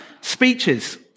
speeches